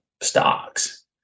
stocks